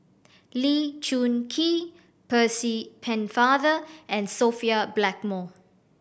Lee Choon Kee Percy Pennefather and Sophia Blackmore